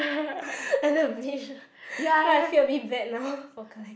then I feel a bit bad now for collect~